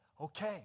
okay